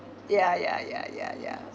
ya ya ya ya ya